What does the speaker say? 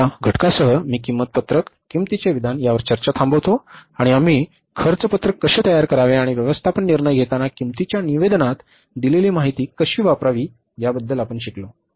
या घटकासह मी किंमत पत्रक किंमतीचे विधान यावर चर्चा थांबवतो आणि आम्ही खर्च पत्रक कसे तयार करावे आणि व्यवस्थापन निर्णय घेताना किंमतीच्या निवेदनात दिलेली माहिती कशी वापरावी याबद्दल आपण शिकलो